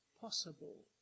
possible